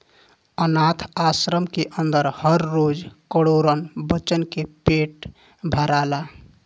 आनाथ आश्रम के अन्दर हर रोज करोड़न बच्चन के पेट भराला